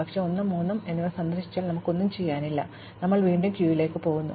പക്ഷേ 1 3 എന്നിവ രണ്ടും സന്ദർശിച്ചതിനാൽ ഞങ്ങൾക്ക് ഒന്നും ചെയ്യാനില്ല ഞങ്ങൾ പോയി വീണ്ടും ക്യൂവിലേക്ക് പോകുന്നു